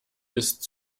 ist